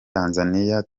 tanzaniya